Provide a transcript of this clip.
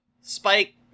spike